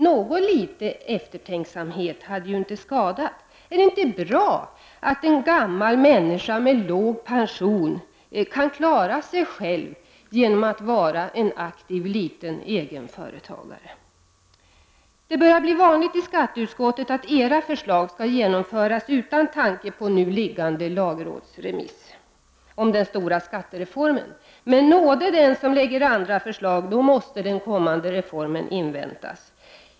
Något litet eftertänksamhet hade inte skadat. Är det inte bra om en gammal människa med låg pension kan klara sig själv genom att vara en aktiv liten egenföretagare? Det börjar bli vanligt i skatteutskottet att era förslag skall genomföras utan tanke på nu liggande lagrådsremiss om den stora skattereformen. Men nåde den som lägger andra förslag, för då måste den kommande reformen inväntas!